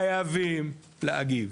חייבים להגיב,